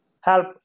help